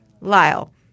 Lyle